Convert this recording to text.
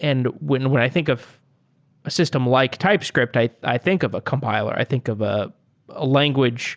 and when when i think of a system like typescript, i i think of a compiler. i think of a a language